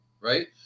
right